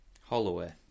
holloway